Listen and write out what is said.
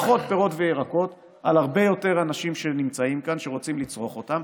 פחות פירות וירקות על הרבה יותר אנשים שנמצאים כאן שרוצים לצרוך אותם.